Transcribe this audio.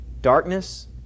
Darkness